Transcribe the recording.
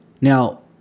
Now